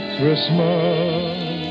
Christmas